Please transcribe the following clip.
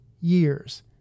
years